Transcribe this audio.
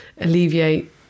alleviate